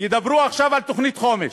ידברו עכשיו על תוכנית חומש,